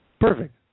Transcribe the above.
Perfect